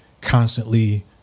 constantly